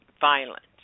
violence